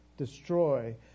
destroy